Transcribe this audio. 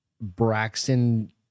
Braxton